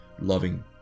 loving